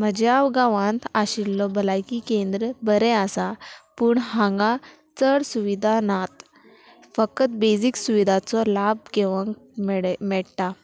म्हज्या गांवांत आशिल्लो भलायकी केंद्र बरें आसा पूण हांगा चड सुविधा नात फकत बेजीक सुविधाचो लाभ घेवंक मेडे मेडटा